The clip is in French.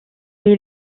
est